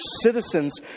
citizens